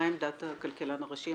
מה עמדת הכלכלן הראשי?